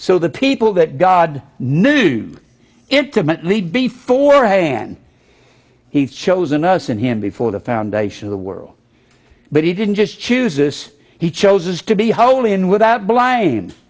so the people that god knew intimately before hand he'd chosen us in him before the foundation of the world but he didn't just choose this he choses to be holy and without bl